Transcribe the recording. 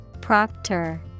Proctor